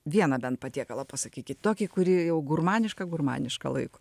vieną bent patiekalą pasakykit tokį kurį jau gurmanišką gurmanišką laikot